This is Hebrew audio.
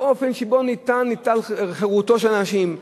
האופן שבו ניטלת חירותם של האנשים,